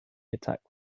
attack